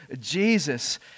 Jesus